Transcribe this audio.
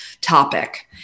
Topic